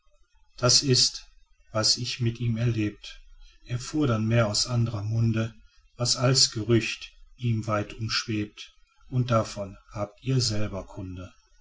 das ist was ich mit ihm erlebt erfuhr dann mehr aus andrer munde was als gerücht ihn weit umschwebt und davon habt ihr selber kunde